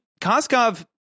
koskov